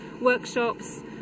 workshops